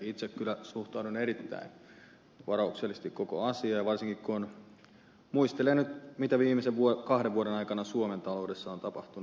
itse kyllä suhtaudun erittäin varauksellisesti koko asiaan varsinkin kun muistelee nyt mitä viimeisten kahden vuoden aikana suomen taloudessa on tapahtunut